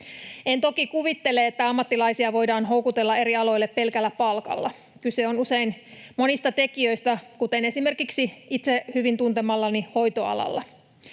En toki kuvittele, että ammattilaisia voidaan houkutella eri aloille pelkällä palkalla, kyse on usein monista tekijöistä, kuten itse hyvin tuntemallani hoitoalalla.